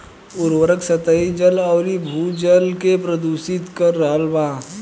उर्वरक सतही जल अउरी भू जल के प्रदूषित कर रहल बा